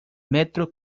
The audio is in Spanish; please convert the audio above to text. metro